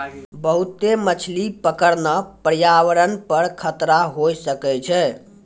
बहुते मछली पकड़ना प्रयावरण पर खतरा होय सकै छै